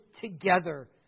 together